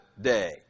day